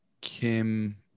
Kim